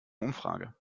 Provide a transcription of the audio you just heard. umfrage